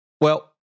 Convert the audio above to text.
Well-